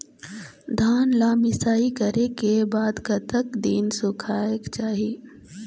धान ला मिसाई करे के बाद कतक दिन सुखायेक चाही?